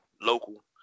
local